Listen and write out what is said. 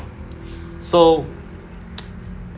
so